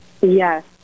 Yes